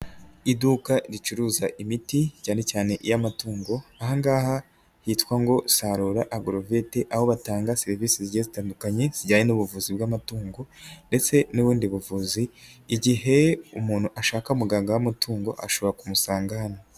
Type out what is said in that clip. Iduka ricuruza imiti cyane cyane iy'amatungo ahangaha yitwa ngo sarura agororovete aho batanga serivisi zi zitandukanye zijyanye n'ubuvuzi bw'amatungo ndetse n'ubundi buvuzi igihe umuntu ashaka muganga w'amatungo ashobora kumusanga hano.